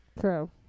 True